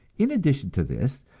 in addition to this,